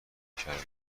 کردم